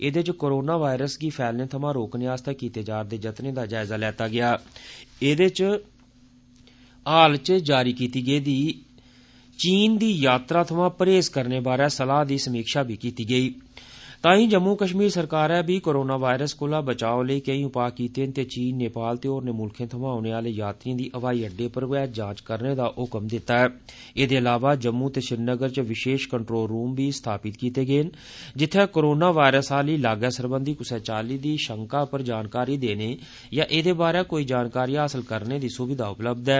एदे इच corona virus गी फैलने सोयारोकने आस्तै कीते जा र दे जत्नें दा जायजा लैता गेआ एदे इच हाल इच जारी कीती गेदी चीन दी यात्रा करने सोयां परहेज करने बारै सलाह दी समीक्षा बी कीती गेई तांई जम्मू कश्मीर सरकारै बी कोरोना वायरस कोला बचा लेई केईं उपाह् कीते न ते चीन नेपाल ते होरने मुल्खें थमा औने आले यात्रिएं दी हवाई अड्डे पर गै जांच करने दा ह्क्म जारी कीता ऐ एह्दे इलावा जम्मू ते श्रीनगर च विशेष कंट्रोल रूम बी स्थापत कीते गेदे न जित्थें कोरोना वाइरस आली लागै सरबंधी क्सै चाल्ली दी शैंका होने पर जानकारी देने जा एहदे बारे कोई जानकारी हासल करने दी सुविधा उपलब्ध ऐ